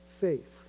faith